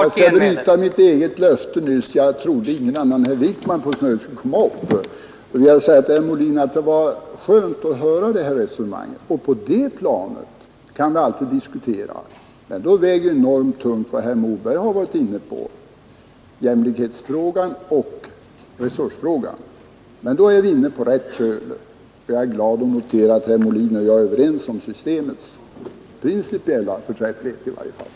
Fru talman! Jag skall bryta löftet nyss. Jag trodde då att ingen ledamot utöver herr Wijkman skulle begära ordet. Till herr Molin vill jag säga, att det var skönt att höra detta resonemang. På det planet kan vi alltid diskutera. Jag är glad över att herr Molin och jag är överens om systemets principiella förträfflighet. Vad herr Moberg var inne på, nämligen jämlikheten och resurserna, väger där enormt tungt. Då befinner vi oss emellertid på rätt köl.